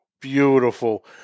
Beautiful